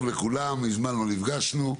לכולם, מזמן לא נפגשנו.